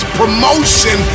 promotion